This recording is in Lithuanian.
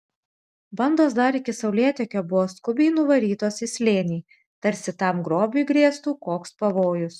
bandos dar iki saulėtekio buvo skubiai nuvarytos į slėnį tarsi tam grobiui grėstų koks pavojus